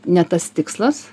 ne tas tikslas